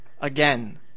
Again